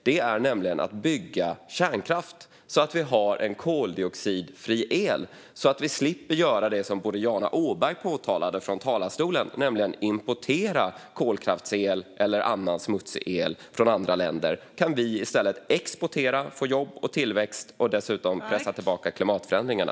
Det är nämligen att bygga kärnkraft så att vi har en koldioxidfri el och slipper göra det som Boriana Åberg påtalade från talarstolen, nämligen att importera kolkraftsel eller annan smutsig el från andra länder. Vi kan i stället exportera, få jobb och tillväxt och dessutom pressa tillbaka klimatförändringarna.